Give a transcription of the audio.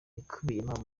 ikubiyemo